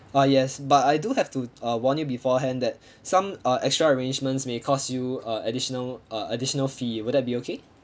uh yes but I do have to uh warn you beforehand that some uh extra arrangements may cost you uh additional uh additional fee will that be okay